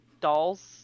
dolls